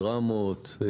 דרמות,